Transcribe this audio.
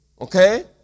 Okay